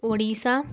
Odisha